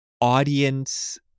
audience